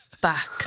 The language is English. back